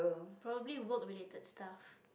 probably work-related stuff